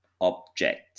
object